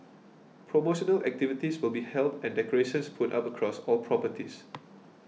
promotional activities will be held and decorations put up across all properties